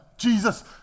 Jesus